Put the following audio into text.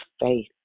faith